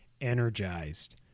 energized